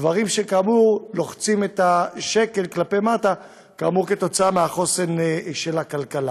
דברים שכאמור לוחצים את השקל כלפי מטה עקב החוסן של הכלכלה.